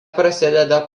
prasideda